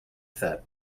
that